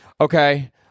okay